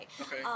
Okay